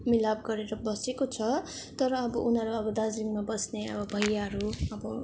मिलाप गरेर बसेको छ तर अब उनीहरू अब दार्जीलिङमा बस्ने अब भैयाहरू अब